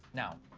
now.